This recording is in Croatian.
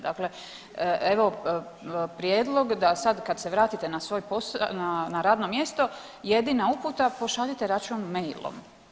Dakle, evo prijedlog da sad kad se vratite na svoj posao, na radno mjesto jedina uputa pošaljite račun mailom.